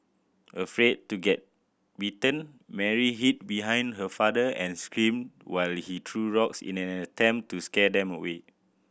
afraid to getting bitten Mary hid behind her father and screamed while he threw rocks in an attempt to scare them away